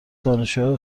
دانشجوهای